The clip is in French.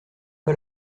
pas